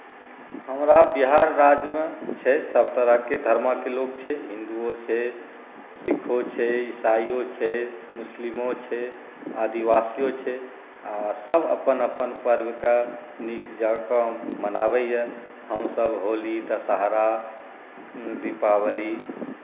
हमरा बिहार राज्यमे छै सभतरहके धर्मके लोक छै हिन्दुओ छै सिक्खो छै इसाईयो छै मुस्लिमो छै आदिवासियो छै आ सभ अपन अपन पर्वकेँ नीक जकाँ मनाबैए हमसभ होली दशहरा दीपावली